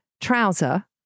trouser